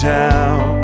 town